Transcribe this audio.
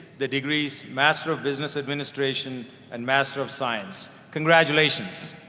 the degrees master of business administration and master of science. congratulations.